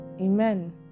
Amen